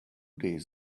days